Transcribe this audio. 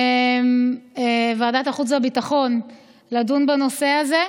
מוועדת החוץ והביטחון לדון בנושא הזה.